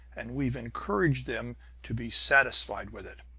and we've encouraged them to be satisfied with it.